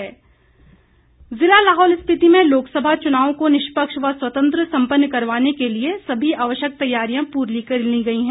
तैयारी जिला लाहौल स्पीति में लोकसभा चुनावों को निष्पक्ष व स्वतंत्र सम्पन्न करवाने के लिए सभी आवश्यक तैयारियां पूरी कर ली गई है